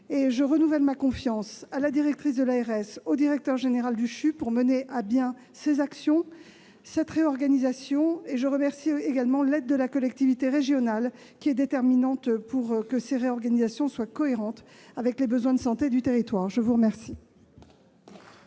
je renouvelle ma confiance à la directrice de l'ARS comme au directeur général du CHU pour mener à bien ces actions et cette réorganisation. Je remercie également la collectivité régionale de son aide, laquelle est déterminante pour que ces réorganisations soient cohérentes avec les besoins de santé du territoire. La parole